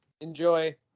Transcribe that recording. enjoy